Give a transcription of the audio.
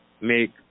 make